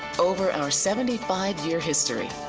over and our seventy five year history,